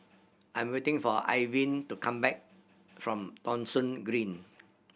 I am waiting for Irvine to come back from Thong Soon Green